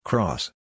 Cross